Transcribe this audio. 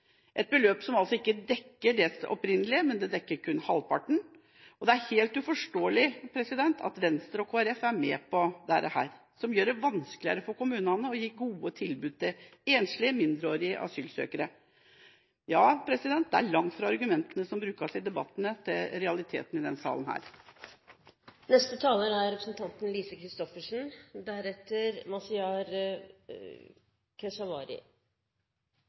et beløp som ikke dekker det opprinnelige kuttet – kun halvparten. Det er helt uforståelig at Venstre og Kristelig Folkeparti er med på dette som gjør det vanskeligere for kommunene å gi gode tilbud til enslige mindreårige asylsøkere. Ja, det er langt fra argumentene som brukes i debattene, til realitetene i denne salen.